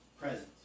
presence